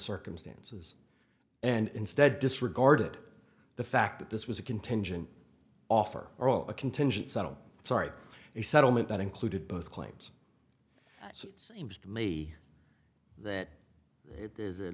circumstances and instead disregarded the fact that this was a contingent offer a contingent settle sorry a settlement that included both claims so it seems to me that it is at